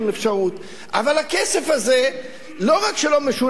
אבל הכסף הזה לא רק שלא משולם עליו מס אמת,